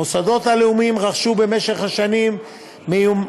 המוסדות הלאומיים רכשו במשך השנים מיומנות